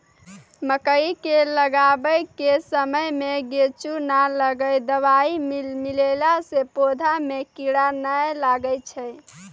मकई के लगाबै के समय मे गोचु नाम के दवाई मिलैला से पौधा मे कीड़ा नैय लागै छै?